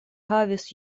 havis